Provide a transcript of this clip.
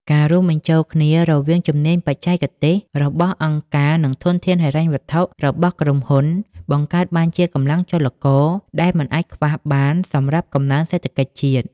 ការរួមបញ្ចូលគ្នារវាង "ជំនាញបច្ចេកទេស" របស់អង្គការ និង "ធនធានហិរញ្ញវត្ថុ" របស់ក្រុមហ៊ុន បង្កើតបានជាកម្លាំងចលករដែលមិនអាចខ្វះបានសម្រាប់កំណើនសេដ្ឋកិច្ចជាតិ។